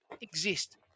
exist